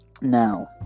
now